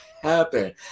happen